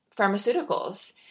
pharmaceuticals